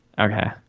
okay